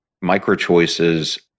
micro-choices